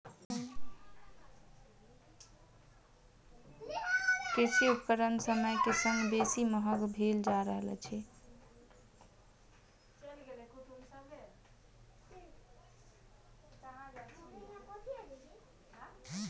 कृषि उपकरण समय के संग बेसी महग भेल जा रहल अछि